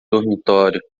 dormitório